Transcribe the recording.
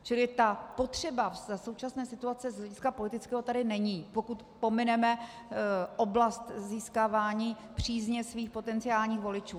Čili ta potřeba za současné situace z hlediska politického tady není, pokud pomineme oblast získávání přízně svých potenciálních voličů.